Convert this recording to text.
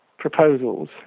proposals